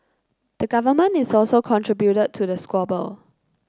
the government is also contributed to the squabble